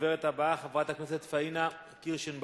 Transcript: הדוברת הבאה, חברת הכנסת פניה קירשנבאום,